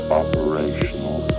operational